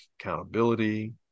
accountability